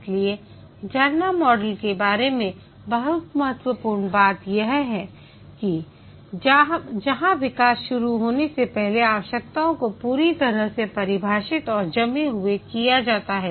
इसलिए झरना मॉडल के बारे में बहुत महत्वपूर्ण है जहां विकास शुरू होने से पहले आवश्यकताओं को पूरी तरह से परिभाषित और जमे हुए किया जाता है